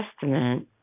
Testament